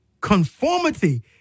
Conformity